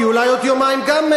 כי אולי עוד יומיים גם,